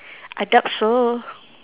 I doubt so